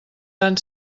tan